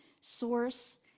source